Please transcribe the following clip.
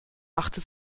machte